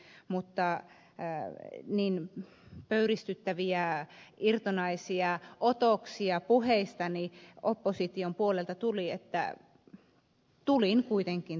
mutta niin pöyristyttäviä irtonaisia otoksia puheistani opposition puolelta tuli että tulin kuitenkin tänne pönttöön